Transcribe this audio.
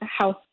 house